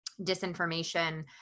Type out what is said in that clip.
disinformation